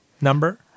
number